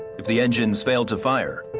if the engines failed to fire,